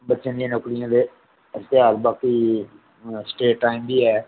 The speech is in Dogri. बच्चे दियें नौकरियें दे इश्तेहार बाकी स्टेट टाइम बी ऐ